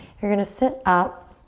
you're going to sit up.